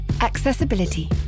Accessibility